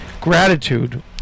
gratitude